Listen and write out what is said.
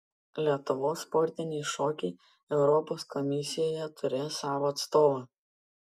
lietuvos sportiniai šokiai europos komisijoje turės savo atstovą